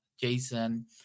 Jason